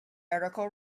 article